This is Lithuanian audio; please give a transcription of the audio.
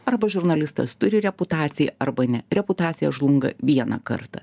arba žurnalistas turi reputaciją arba ne reputacija žlunga vieną kartą